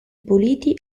puliti